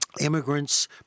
immigrants